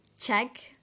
check